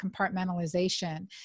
compartmentalization